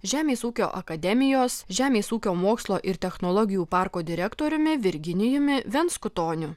žemės ūkio akademijos žemės ūkio mokslo ir technologijų parko direktoriumi virginijumi venskutoniu